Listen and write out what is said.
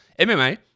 MMA